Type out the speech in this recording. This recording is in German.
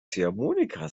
ziehharmonika